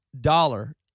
dollar